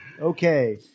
okay